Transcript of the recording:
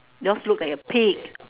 yours look like a pig